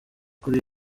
kuri